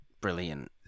Brilliant